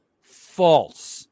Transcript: False